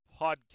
Podcast